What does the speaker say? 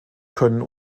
können